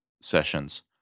sessions